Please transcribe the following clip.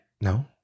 no